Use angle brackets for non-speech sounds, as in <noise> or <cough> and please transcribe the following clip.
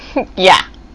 <noise> ya